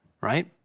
right